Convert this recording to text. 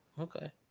Okay